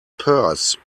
purse